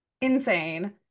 Insane